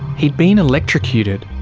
he'd been electrocuted.